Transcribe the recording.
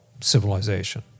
civilization